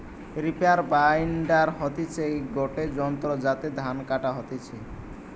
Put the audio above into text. reaper binder হতিছে গটে যন্ত্র যাতে ধান কাটা হতিছে